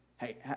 Hey